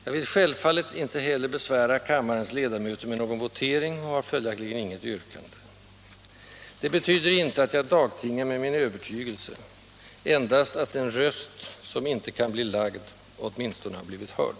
Jag vill självfallet inte heller besvära kammarens ledamöter med någon votering och har följaktligen inget yrkande. Det betyder inte att jag dagtingar med min övertygelse, endast att en röst som inte kan bli lagd, åtminstone har blivit hörd.